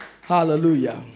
Hallelujah